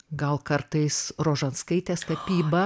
gal kartais rožanskaitės tapybą